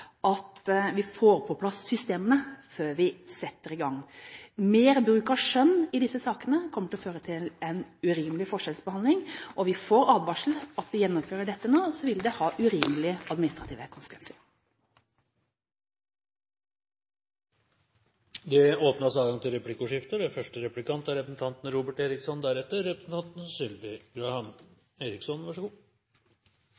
at vi får på plass systemene før vi setter i gang. Mer bruk av skjønn i disse sakene kommer til å føre til en urimelig forskjellsbehandling, og vi får advarsler om at gjennomfører vi dette nå, vil det ha urimelige administrative konsekvenser. Det blir replikkordskifte. Jeg har lyst til